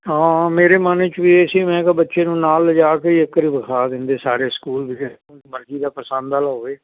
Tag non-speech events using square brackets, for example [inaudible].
ਹਾਂ ਮੇਰੇ ਮਨ 'ਚ ਵੀ ਇਹ ਸੀ ਮੈਂ ਕਿਹਾ ਬੱਚੇ ਨੂੰ ਨਾਲ ਲਿਜਾ ਕੇ ਇੱਕ ਵਾਰ ਵਿਖਾ ਦਿੰਦੇ ਸਾਰੇ ਸਕੂਲ [unintelligible] ਮਰਜ਼ੀ ਦਾ ਪਸੰਦ ਵਾਲਾ ਹੋਵੇ